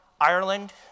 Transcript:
Ireland